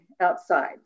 outside